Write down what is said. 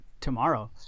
tomorrow